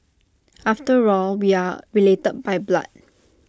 after all we are related by blood